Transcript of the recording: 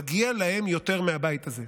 מגיע להם יותר מהבית הזה,